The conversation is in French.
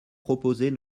proposées